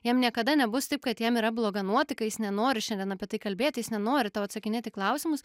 jam niekada nebus taip kad jam yra bloga nuotaika jis nenori šiandien apie tai kalbėti jis nenori tau atsakinėti į klausimus